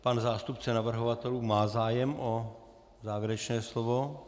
Pan zástupce navrhovatelů má zájem o závěrečné slovo?